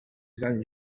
sant